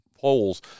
polls